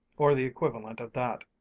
or the equivalent of that,